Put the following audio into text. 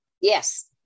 Yes